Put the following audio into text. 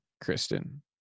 Kristen